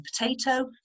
potato